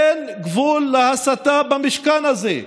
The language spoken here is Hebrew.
אין גבול להסתה במשכן הזה.